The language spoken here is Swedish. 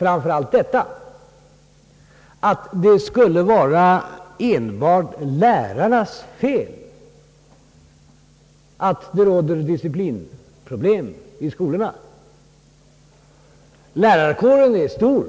framför allt på talet om att det skulle vara enbart lärarnas fel att det råder disciplinproblem i skolorna. Lärarkåren är stor.